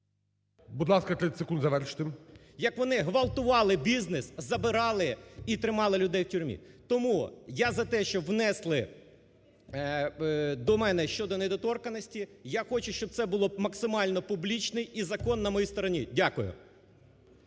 Будь ласка, 30 секунд завершити. ПОЛЯКОВ М.А. Як вони ґвалтували бізнес, забирали і тримали людей в тюрмі. Тому я за те, щоб внесли до мене щодо недоторканості, я хочу, щоб це було максимально публічно і закон на моїй стороні. Дякую.